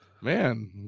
Man